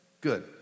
Good